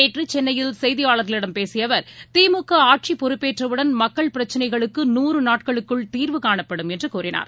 நேற்றுசென்னையில் செய்தியாளர்களிடம் பேசியஅவர் திமுகஆட்சிப் பொறுப்பேற்றஉடன் மக்கள் பிரச்சினைகளுக்கு நூறு நாட்களுக்குள் தீர்வுகாணப்படும் என்றுகூறினார்